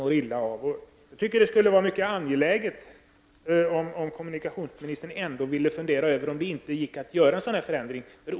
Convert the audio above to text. Jag tycker att det skulle vara mycket angeläget om kommunikationsministern ville fundera över om det inte går att göra en sådan här förändring.